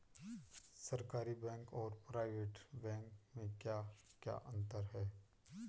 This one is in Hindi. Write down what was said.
सरकारी बैंक और प्राइवेट बैंक में क्या क्या अंतर हैं?